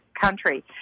country